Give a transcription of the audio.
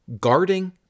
guarding